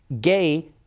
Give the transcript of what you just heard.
gay